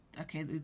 Okay